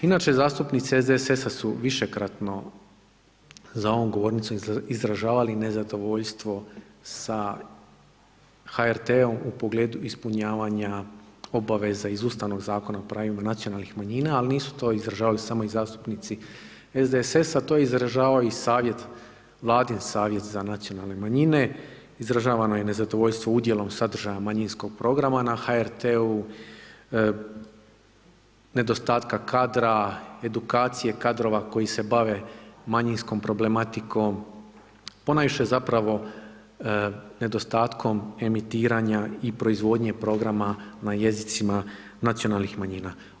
Inače, zastupnici SDSS-a su višekratno za ovom govornicom izražavali nezadovoljstvo sa HRT-om u pogledu ispunjavanja obaveza iz Ustavnog zakona o pravima nacionalnih manjina ali nisu to izražavali samo i zastupnici SDSS-a to je izražavao i savjet, Vladin savjet za nacionalne manjine, izražavano je nezadovoljstvo udjelom sadržaja manjinskog programa na HRT-u, nedostatka kadra, edukacije kadrova koji se bave manjinskom problematikom, ponajviše zapravo nedostatkom emitiranja i proizvodnje programa na jezicima nacionalnih manjina.